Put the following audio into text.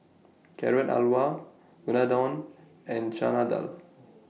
Carrot Halwa Unadon and Chana Dal